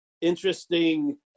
interesting